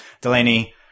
Delaney